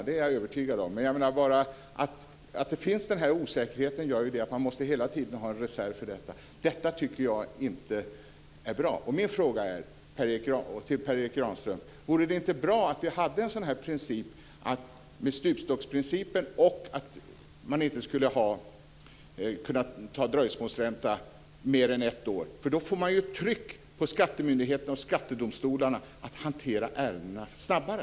Det är jag övertygad om, men den här osäkerheten gör ju att man hela tiden måste ha en reserv för detta. Jag tycker inte att det är bra. Min fråga till Per Erik Granström är: Vore det inte bra om vi hade en stupstocksprincip och om man inte skulle kunna ta ut dröjsmålsränta för mer än ett år? Då får man ju ett tryck på skattemyndigheterna och skattedomstolarna att hantera ärendena snabbare.